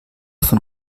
von